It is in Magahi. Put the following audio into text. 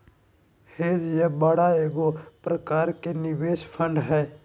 हेज या बाड़ा एगो प्रकार के निवेश फंड हय